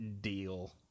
deal